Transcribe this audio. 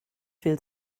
viel